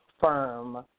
firm